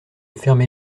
fermer